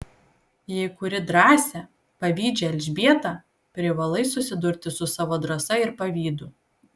jei kuri drąsią pavydžią elžbietą privalai susidurti su savo drąsa ir pavydu